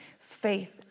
faith